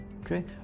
okay